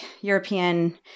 European